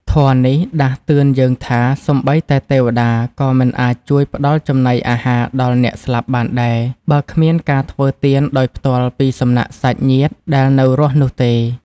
ធម៌នេះដាស់តឿនយើងថា សូម្បីតែទេវតាក៏មិនអាចជួយផ្ដល់ចំណីអាហារដល់អ្នកស្លាប់បានដែរ បើគ្មានការធ្វើទានដោយផ្ទាល់ពីសំណាក់សាច់ញាតិដែលនៅរស់នោះទេ។។